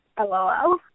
LOL